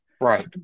right